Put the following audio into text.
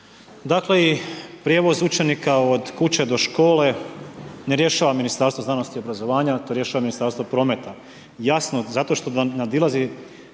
dakle i prijevoz učenika od kuće do škole ne rješava Ministarstvo znanosti i obrazovanja, to rješava Ministarstvo prometa, jasno, zato što vam nadilazi,